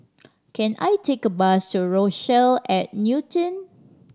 can I take a bus to Rochelle at Newton